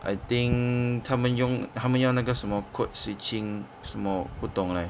I think 他们用他们要那个什么 code switching 什么不懂 leh